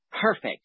Perfect